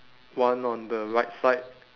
one on the right side